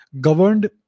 governed